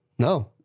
No